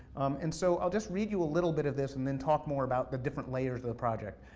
and so, i'll just read you a little bit of this, and then talk more about the different layers of the project.